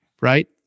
right